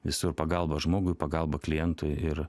visur pagalba žmogui pagalba klientui ir